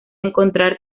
encontrar